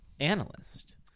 analyst